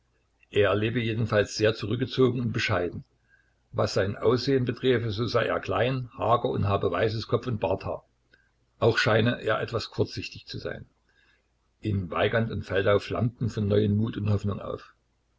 er lebe jedenfalls sehr zurückgezogen und bescheiden was sein aussehen beträfe so sei er klein hager und habe weißes kopf und barthaar auch scheine er etwas kurzsichtig zu sein in weigand und feldau flammten von neuem mut und hoffnung auf